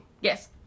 Yes